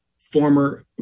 former